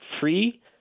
free